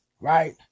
right